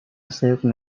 صدق